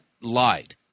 lied